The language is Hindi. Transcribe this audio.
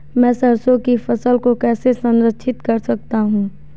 मैं सरसों की फसल को कैसे संरक्षित कर सकता हूँ?